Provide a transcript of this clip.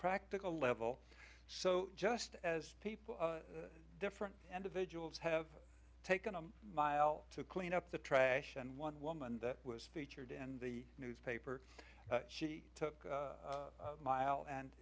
practical level so just as people different individuals have taken a mile to clean up the trash and one woman that was featured in the newspaper she took mile and